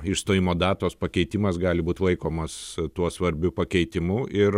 išstojimo datos pakeitimas gali būt laikomas tuo svarbiu pakeitimu ir